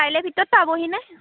কাইলৈৰ ভিতৰত পাবহিনে